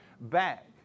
back